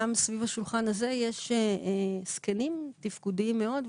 גם סביב השולחן הזה יש זקנים תפקודיים מאוד,